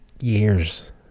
years